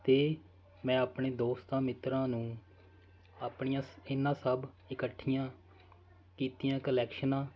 ਅਤੇ ਮੈਂ ਆਪਣੇ ਦੋਸਤਾਂ ਮਿੱਤਰਾਂ ਨੂੰ ਆਪਣੀਆਂ ਇਹਨਾਂ ਸਭ ਇਕੱਠੀਆਂ ਕੀਤੀਆਂ ਕਲੈਕਸ਼ਨਾਂ